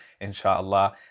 Inshallah